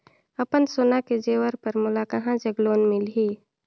अपन सोना के जेवर पर मोला कहां जग लोन मिलही?